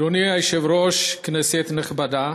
אדוני היושב-ראש, כנסת נכבדה,